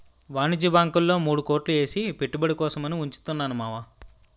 వాణిజ్య బాంకుల్లో మూడు కోట్లు ఏసి పెట్టుబడి కోసం అని ఉంచుతున్నాను మావా